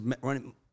running